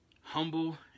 humble